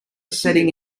setting